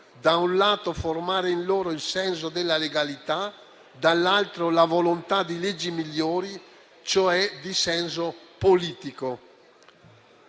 da un lato formare in loro il senso della legalità (…), dall'altro la volontà di leggi migliori cioè di senso politico».